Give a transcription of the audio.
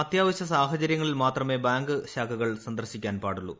അത്യാവശ്യ സാഹചര്യങ്ങളിൽ മാത്രമേ ബാങ്ക് ശാഖകൾ സന്ദർശിക്കാൻ പാടുള്ളു